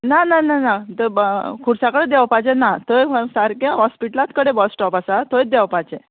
ना ना ना ना थंय खुर्सा कडे देंवपाचें ना थंय सारकें हॉस्पिटलांत कडेन बस स्टॉप आसा थंयच देंवपाचें